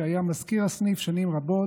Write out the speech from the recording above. הגיורים של צה"ל כבר שמענו,